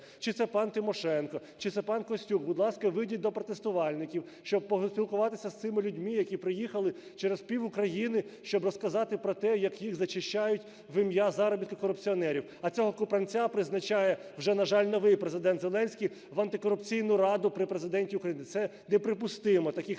Чи це пан Тимошенко, чи це пан Костюк, будь ласка, вийдіть до протестувальників, щоб поспілкуватися з цими людьми, які приїхали через пів-України, щоб розказати про те, як їх зачищають в ім'я заробітку корупціонерів. А цього Купранця призначає вже, на жаль, новий Президент Зеленський в антикорупційну раду при Президенті України. Це неприпустимо, таких людей